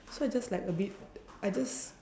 so I just like a bit I just